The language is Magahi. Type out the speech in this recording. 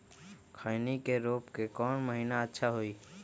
खैनी के रोप के कौन महीना अच्छा है?